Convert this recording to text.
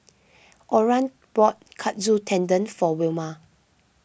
Oran bought Katsu Tendon for Wilma